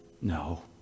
No